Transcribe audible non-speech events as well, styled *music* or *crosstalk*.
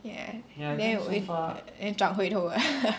ya then we 转回头 *laughs*